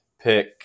pick –